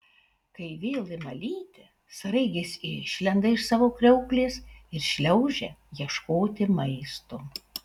kai vėl ima lyti sraigės išlenda iš savo kriauklės ir šliaužia ieškoti maisto